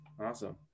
Awesome